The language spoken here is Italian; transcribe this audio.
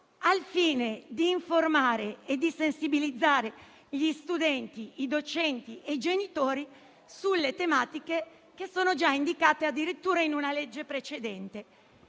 al fine di informare e di sensibilizzare gli studenti, i docenti e i genitori sulle tematiche che sono già indicate addirittura in una legge precedente.